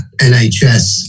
NHS